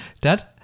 Dad